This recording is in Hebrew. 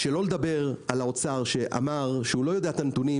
שלא נדבר על האוצר שאמר שהוא לא יודע את הנתונים,